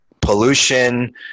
pollution